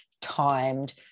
timed